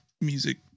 music